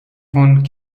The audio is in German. vom